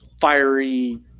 fiery